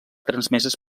transmeses